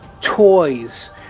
toys